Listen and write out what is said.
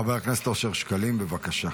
חבר הכנסת אושר שקלים, בבקשה.